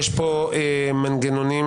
יש מנגנונים